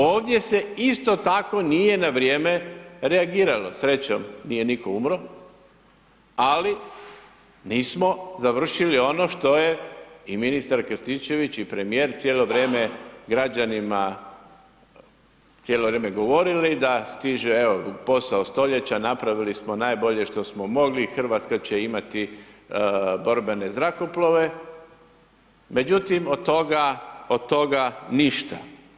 Ovdje se isto tako nije na vrijeme reagiralo, srećom, nije nitko umro, ali nismo završili ono što je i ministar Krstičević i premijer cijelo vrijeme građanima, cijelo vrijeme govorili da stiže, evo posao stoljeća, napravili smo najbolje što smo mogli, RH će imati borbene zrakoplove, međutim, od toga, od toga, ništa.